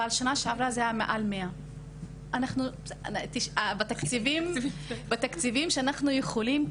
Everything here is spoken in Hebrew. אבל בשנה שעברה זה היה מעל 100. בתקציבים שאנחנו יכולים,